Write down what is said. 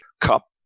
cup